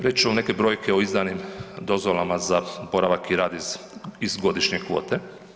Reći ću neke brojke o izdanim dozvolama za boravak i rad iz godišnje kvote.